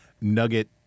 nugget